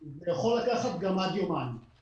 זה יכול לקחת גם עד יומיים.